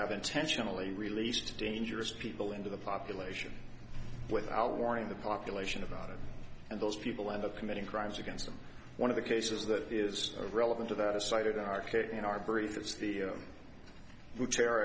have intentionally released dangerous people into the population without warning the population about it and those people end up committing crimes against them one of the cases that is relevant to that is cited arca in our brief it's the wheelchair